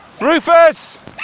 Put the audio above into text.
Rufus